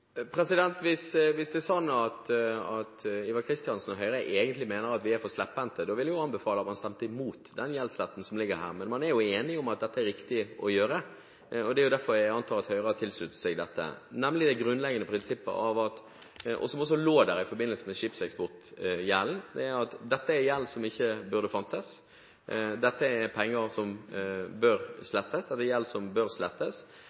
Hvis Ivar Kristiansen og Høyre egentlig mener at vi er for slepphendte, ville jeg jo anbefale at man stemte imot den gjeldssletten som ligger her. Men man er jo enige om at dette er riktig å gjøre. Det er derfor jeg antar at Høyre har sluttet seg til det grunnleggende prinsippet, som også lå der i forbindelse med skipseksportgjelden, om at dette er gjeld som egentlig ikke burde funnes, dette er gjeld som bør